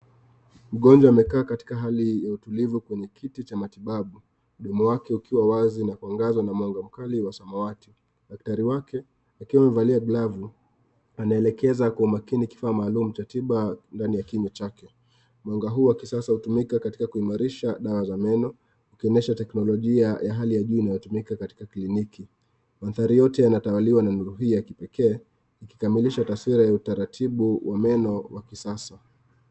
Mgonjwa amekaa katika hali ya utulivu kwenye kiti cha matibabu, mdomo wake ukiwa wazi anamwangazwa na mwanga mkali wa samawati. Daktari wake akiwa amevalia glavu anaelekeza kwa makini kifaa maalumu cha tiba ndani ya kinywa chake. Mwanga huu wa kisasa hutumika katika kuimarisha dawa za meno, ikionyesha teknologia ya hali ya juu inayotumika katika kliniki .Madhari yote yanatawaliwa na nuru hii ya kipekee kukamilisha taswira ya utaratibu wa meno wa kisasa.